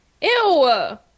Ew